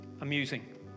amusing